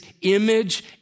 image